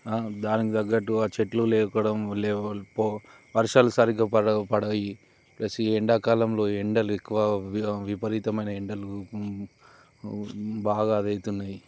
దానికి తగ్గట్టు ఆ చెట్లు లేకపోవడం వర్షాలు సరిగ్గా పడవు ప్లస్ ఈ ఎండాకాలంలో ఎండలు ఎక్కువ విపరీతమైన ఎండలు బాగా అది అవుతున్నాయి